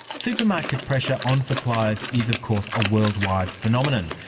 supermarket pressure on suppliers is of course a worldwide phenomenon.